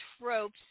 tropes